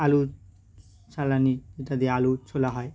আলু চালানি যেটা দিয়ে আলু ছোলা হয়